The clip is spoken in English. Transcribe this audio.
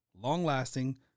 long-lasting